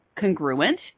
congruent